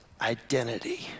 identity